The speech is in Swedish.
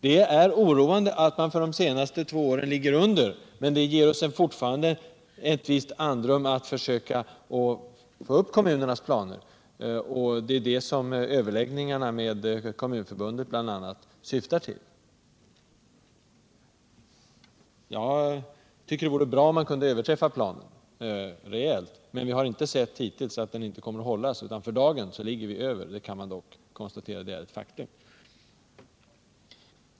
Det är oroande att man för de senaste två åren ligger under, men det ger oss fortfarande ett visst andrum för att försöka få upp kommunernas planer. Det är det överläggningarna med bl.a. Kommunförbundet syftar till. Det vore bra om man kunde överträffa planen rejält, men vi har inte sett hittills att den inte kommer att hållas. För dagen ligger vi över, det är ett faktum.